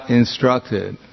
instructed